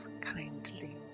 kindly